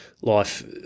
life